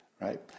right